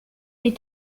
des